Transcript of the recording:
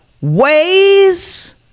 ways